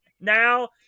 now